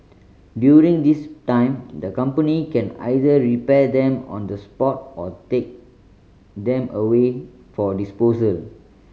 during this time the company can either repair them on the spot or take them away for disposal